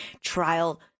trial